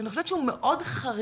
שאני חושבת שהוא מאוד חריף